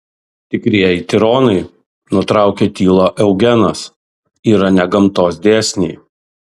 tikrieji tironai nutraukė tylą eugenas yra ne gamtos dėsniai